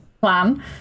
plan